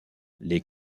les